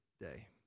day